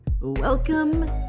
Welcome